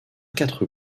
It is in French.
quatre